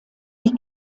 die